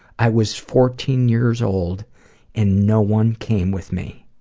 i was fourteen years old and no one came with me.